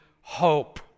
hope